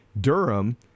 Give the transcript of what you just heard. Durham